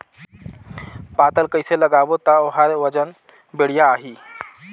पातल कइसे लगाबो ता ओहार वजन बेडिया आही?